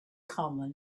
common